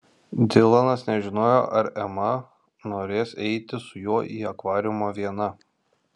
dilanas nežinojo ar ema norės eiti su juo į akvariumą viena